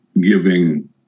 giving